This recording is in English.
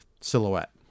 silhouette